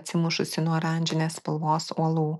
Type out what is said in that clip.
atsimušusį nuo oranžinės spalvos uolų